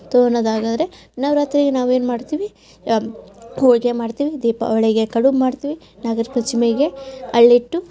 ತಗೊಳ್ಳೋದು ಹಾಗಾದರೆ ನವ್ರಾತ್ರಿಗೆ ನಾವು ಏನು ಮಾಡ್ತೀವಿ ಹೋಳಿಗೆ ಮಾಡ್ತೀವಿ ದೀಪಾವಳಿಗೆ ಕಡುಬು ಮಾಡ್ತೀವಿ ನಾಗರ ಪಂಚಮಿಗೆ ಅರಳಿಟ್ಟು